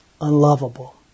unlovable